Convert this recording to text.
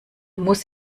muss